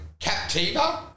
Captiva